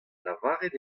lavaret